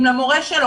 אם המורה שלו,